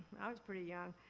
i was pretty young,